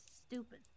stupid